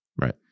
Right